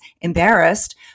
embarrassed